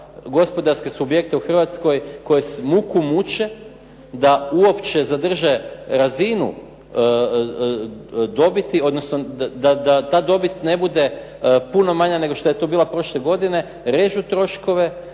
gospodarske subjekte u Hrvatskoj koje muku muče da uopće zadrže razinu dobiti, odnosno da ta dobit ne bude puno manja nego što je to bila prošle godine, režu troškove,